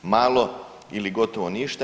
Malo ili gotovo ništa.